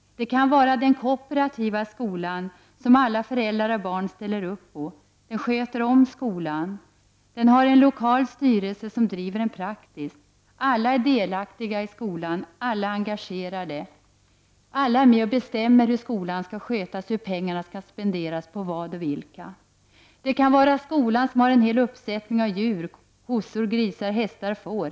Det kan vara den kooperativa skolan, som alla föräldrar och barn ställer upp på. Den sköter om skolan. Den har en lokal styrelse som driver den praktiskt. Alla är delaktiga i skolan, alla är engagerade och är med och bestämmer hur skolan skall skötas och hur pengarna skall spenderas, på vad och vilka. Det kan vara skolan som har en hel uppsättning av djur: kor, grisar, hästar och får.